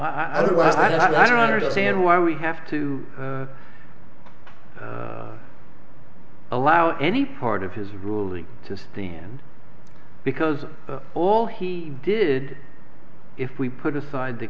do i don't understand why we have to allow any part of his ruling to stand because all he did if we put aside the